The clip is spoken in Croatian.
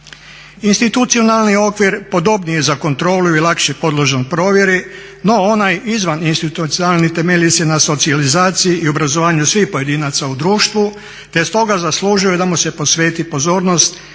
Institucionalni okvir podobniji je za kontrolu i lakše podložan provjeri, no onaj izvaninstitucionalni temelji se na socijalizaciji i obrazovanju svih pojedinaca u društvu, te stoga zaslužuje da mu se posveti pozornost